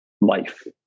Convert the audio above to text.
life